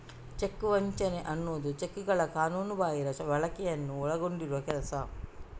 check ವಂಚನೆ ಅನ್ನುದು ಚೆಕ್ಗಳ ಕಾನೂನುಬಾಹಿರ ಬಳಕೆಯನ್ನ ಒಳಗೊಂಡಿರುವ ಕೆಲಸ